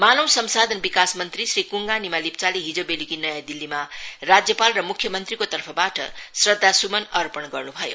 मावन संसाधन विकास मंत्री श्री कुङगा निमा लेप्चाले हिज बेलुकी नयाँ दिल्लीमा राज्यपाल र मुख्य मंत्रीको तर्फबाट श्रद्धासुमन अर्पण गर्नु भयो